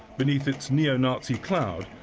beneath its neo-nazi cloud,